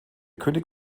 könig